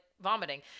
vomiting